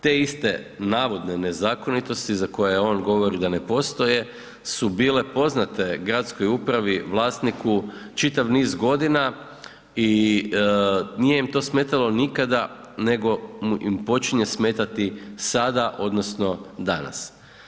Te iste navodne nezakonitosti za koje on govori da ne postoje su bile poznate gradskoj upravi, vlasniku, čitav niz godina i nije im to smetalo nikada nego im počinje smetati sada, odnosno danas.